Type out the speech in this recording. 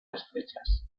estrechas